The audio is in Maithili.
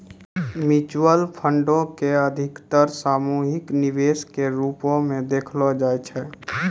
म्युचुअल फंडो के अधिकतर सामूहिक निवेश के रुपो मे देखलो जाय छै